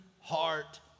heart